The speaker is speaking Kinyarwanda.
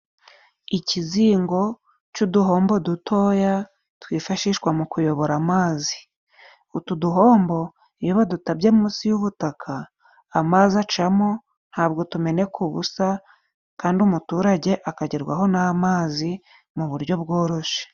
Ikizingo cy'uduhombo dutoya twifashishwa mu kuyobora amazi, utu duhombo iyo badutabye munsi y'ubutaka amazi acamo ntabwo tumeneka ubusa kandi umuturage akagerwaho n'amazi mu buryo bworoshye.